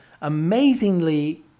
amazingly